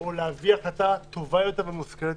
או להביא החלטה טובה יותר ומושכלת,